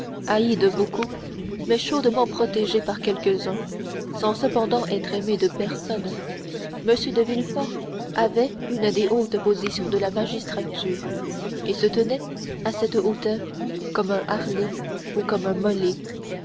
haï de beaucoup mais chaudement protégé par quelques-uns sans cependant être aimé de personne m de villefort avait une des hautes positions de la magistrature et se tenait à cette hauteur comme un harlay ou comme un molé